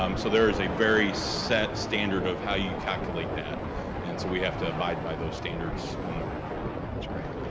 um so there is a very set standard of how you calculate that and so we have to abide by those standards when we report. that's great,